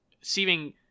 seeming